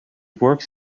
works